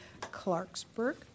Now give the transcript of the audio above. Clarksburg